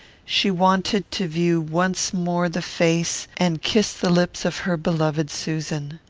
she wanted to view once more the face and kiss the lips of her beloved susan.